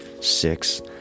six